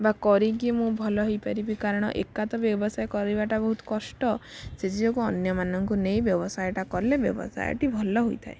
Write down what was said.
ବା କରିକି ମୁଁ ଭଲ ହେଇପାରିବି କାରଣ ଏକା ତ ବ୍ୟବସାୟ କରିବାଟା ବହୁତ କଷ୍ଟ ସେଥିଯୋଗୁଁ ଅନ୍ୟମାନଙ୍କୁ ନେଇ ବ୍ୟବସାୟଟା କଲେ ବ୍ୟବସାୟଟି ଭଲ ହେଇଥାଏ